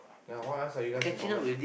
ya what else are you guys in common